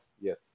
yes